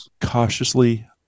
cautiously